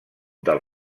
del